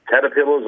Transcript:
caterpillars